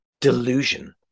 delusion